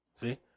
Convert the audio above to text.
See